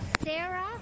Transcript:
Sarah